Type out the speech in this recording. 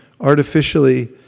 artificially